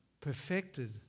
perfected